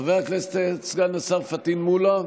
חבר הכנסת סגן השר פטין מולא,